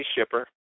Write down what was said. shipper